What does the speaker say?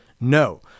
No